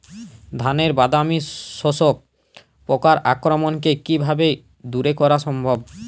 ধানের বাদামি শোষক পোকার আক্রমণকে কিভাবে দূরে করা সম্ভব?